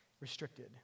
restricted